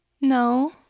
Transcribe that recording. No